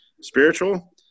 spiritual